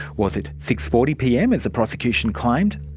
was it six. forty pm as the prosecution claimed?